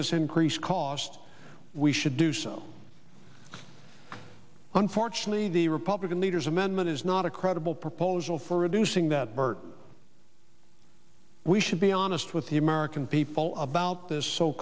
this increased cost we should do so unfortunately the republican leaders amendment is not a credible proposal for reducing that bert we should be honest with the american people about this so